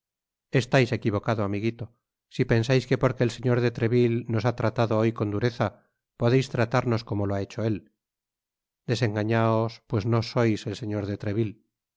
estais equivocado amiguito si pensais que porque el señor de treville nos lia tratado hoy con dureza podeis tratarnos como lo ha hecho él desengañaos pues no sois el señor de treville os